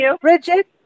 Bridget